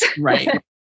Right